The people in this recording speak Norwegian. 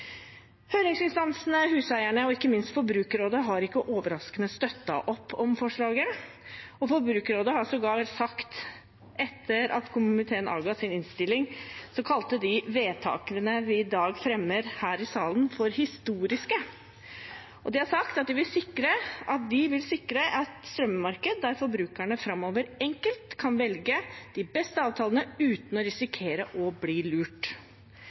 Høringsinstansene Huseierne og ikke minst Forbrukerrådet har, ikke overraskende, støttet opp om forslaget, og Forbrukerrådet har sågar, etter at komiteen avga sin innstilling, kalt de vedtakene vi i dag fremmer her i salen, for historiske. Og de har sagt at de vil sikre et strømmarked der forbrukerne framover enkelt kan velge de beste avtalene uten å risikere å bli lurt.